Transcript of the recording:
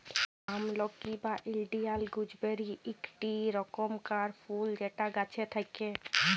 আমলকি বা Indian gooseberry ইকটি রকমকার ফুল যেটা গাছে থাক্যে